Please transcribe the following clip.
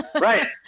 Right